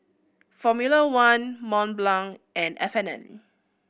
Formula One Mont Blanc and F and N